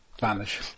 vanish